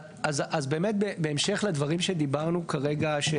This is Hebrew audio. אז באמת בהמשך לדברים שדיברנו כרגע,